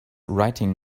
writing